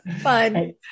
Fun